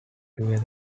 together